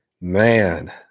Man